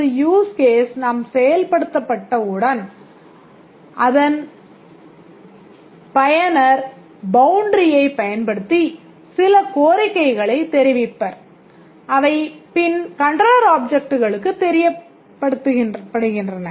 ஒரு use case நாம் செயல்படுத்தப்பட்டவுடன் அதன் பயனர் Boundary ஐ ப் பயன்படுத்தி சில கோரிக்கைகளை தெரிவிப்பர் அவை பின் Controller Objects க்கு தெரியப்படுத்தப்படுகின்றன